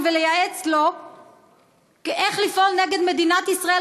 ולייעץ לו איך לפעול נגד מדינת ישראל,